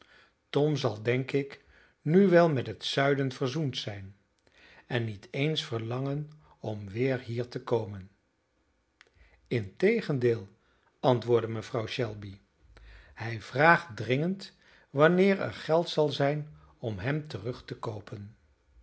tom zal denk ik nu wel met het zuiden verzoend zijn en niet eens verlangen om weer hier te komen integendeel antwoordde mevrouw shelby hij vraagt dringend wanneer er geld zal zijn om hem terug te koopen